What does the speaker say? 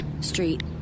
Street